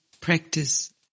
practice